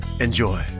Enjoy